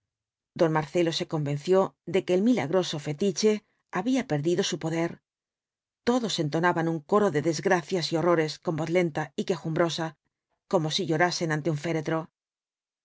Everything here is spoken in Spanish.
don marcelo se convenció de que el milagroso fetiche había perdido su poder todos entonaban un coro de desgracias y horrores con voz lenta y quejumbrosa como si llorasen ante un féretro